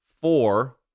four